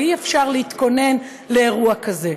הרי אי-אפשר להתכוון לאירוע כזה.